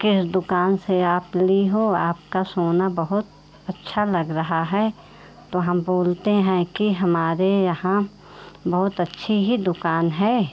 किस दुकान से आप ली हो आपका सोना बहुत अच्छा लग रहा है तो हम बोलते हैं कि हमारे यहाँ बहुत अच्छी ही दुकान है